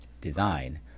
design